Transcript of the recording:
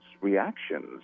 reactions